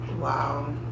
Wow